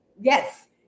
Yes